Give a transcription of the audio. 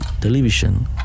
television